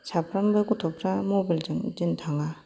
साफ्रोमबो गथ'फ्रा मबेलजों दिन थाङा